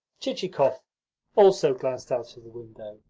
chichikov also glanced out of the window,